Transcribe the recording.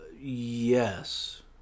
Yes